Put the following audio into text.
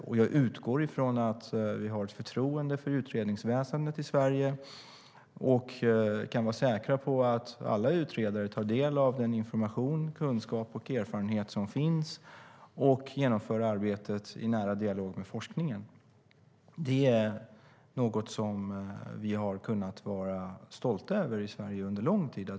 Och jag utgår från att vi har ett förtroende för utredningsväsendet i Sverige och kan vara säkra på att alla utredare tar del av den information, kunskap och erfarenhet som finns och genomför arbetet i nära dialog med forskningen. Det är något som vi har kunnat vara stolta över i Sverige under lång tid.